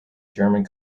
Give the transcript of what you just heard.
german